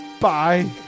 Bye